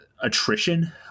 attrition